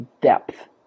depth